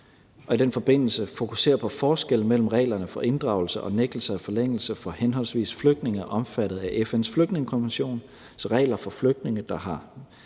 og i den forbindelse fokusere på forskellen mellem reglerne for inddragelse og nægtelse af forlængelse for henholdsvis flygtninge omfattet af FN's flygtningekonvention og flygtninge, der har